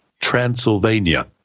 Transylvania